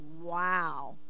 Wow